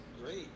Great